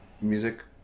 music